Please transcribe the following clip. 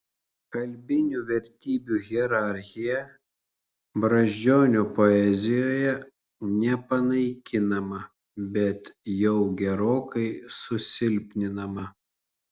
kalbinių vertybių hierarchija brazdžionio poezijoje nepanaikinama bet jau gerokai susilpninama